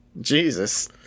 Jesus